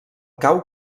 cau